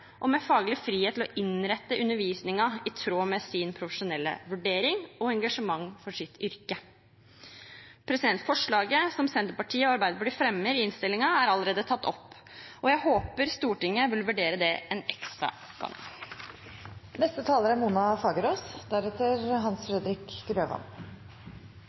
lærere med tid til å følge opp den enkelte elev og med faglig frihet til å innrette undervisningen i tråd med sin profesjonelle vurdering og sitt engasjement i yrket. Forslaget som Senterpartiet og Arbeiderpartiet har i innstillingen, er allerede tatt opp, og jeg håper Stortinget vil vurdere det en ekstra